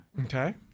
Okay